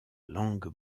langue